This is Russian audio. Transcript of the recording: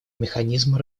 механизма